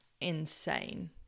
insane